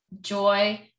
joy